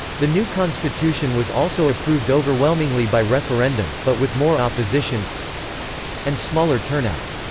the new constitution was also approved overwhelmingly by referendum, but with more opposition and smaller turnout.